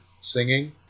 singing